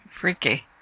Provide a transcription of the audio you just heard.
freaky